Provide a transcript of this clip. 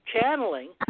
channeling